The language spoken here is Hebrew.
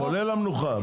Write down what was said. כולל המנוחה.